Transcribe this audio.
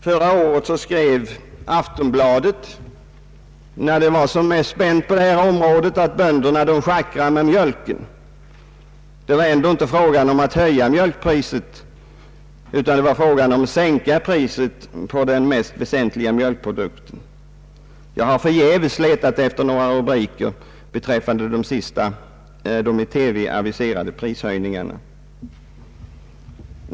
Förra året skrev Aftonbladet, när det var som mest spänt på detta område, att bönderna schackrar med mjölken. Det var ändå inte fråga om att höja mjölkpriset utan om att sänka priset på den mest väsentliga mjölkprodukten. Jag har förgäves letat efter rubriker beträffande de i TV nu aviserade prishöjningarna.